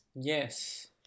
Yes